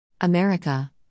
America